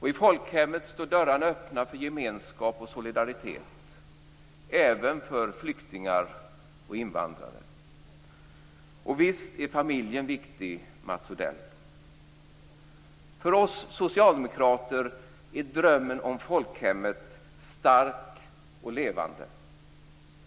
I folkhemmet står dörrarna öppna för gemenskap och solidaritet, även för flyktingar och invandrare. Och visst är familjen viktig, Mats Odell. För oss socialdemokrater är drömmen om folkhemmet stark och levande.